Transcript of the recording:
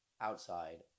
Outside